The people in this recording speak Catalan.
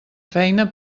feina